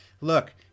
Look